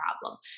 problem